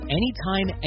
anytime